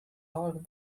half